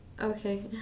Okay